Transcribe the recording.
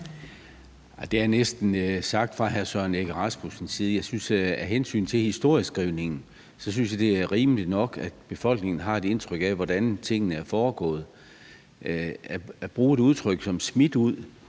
til det, hr. Søren Egge Rasmussens siger, synes jeg, at det af hensyn til historieskrivningen vil være rimeligt nok, at befolkningen har et indtryk af, hvordan tingene er foregået. At bruge et udtryk som »smidt ud«